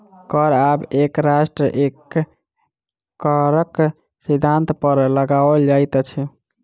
कर आब एक राष्ट्र एक करक सिद्धान्त पर लगाओल जाइत अछि